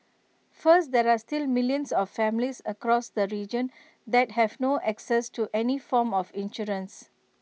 first there are still millions of families across the region that have no access to any form of insurance